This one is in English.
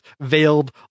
veiled